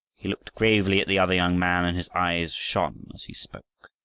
he looked gravely at the other young man, and his eyes shone as he spoke.